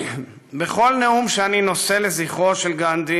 בכל נאום שאני נושא לזכרו של גנדי